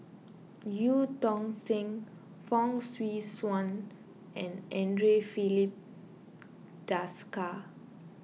Eu Tong Sen Fong Swee Suan and andre Filipe Desker